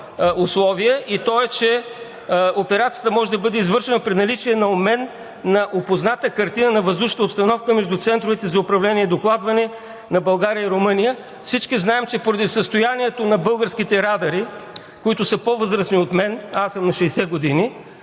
и то е, че операцията може да бъде извършена при наличие на обмен и опозната картина на въздушната обстановка между центровете за управление и докладване на България и Румъния. Всички знаем, че поради състоянието на българските радари, които са по-възрастни от мен – аз съм на 60 години,